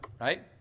right